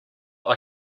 this